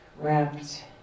Wrapped